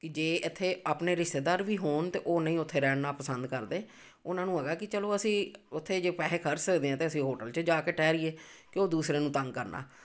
ਕਿ ਜੇ ਇੱਥੇ ਆਪਣੇ ਰਿਸ਼ਤੇਦਾਰ ਵੀ ਹੋਣ ਅਤੇ ਉਹ ਨਹੀਂ ਉੱਥੇ ਰਹਿਣਾ ਪਸੰਦ ਕਰਦੇ ਉਹਨਾਂ ਨੂੰ ਹੈਗਾ ਕਿ ਚਲੋ ਅਸੀਂ ਉੱਥੇ ਜੇ ਪੈਸੇ ਖਰਚ ਸਕਦੇ ਹਾਂ ਅਤੇ ਅਸੀਂ ਹੋਟਲ 'ਚ ਜਾ ਕੇ ਠਹਿਰੀਏ ਕਿਉਂ ਦੂਸਰਿਆਂ ਨੂੰ ਤੰਗ ਕਰਨਾ